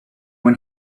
when